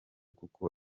kuko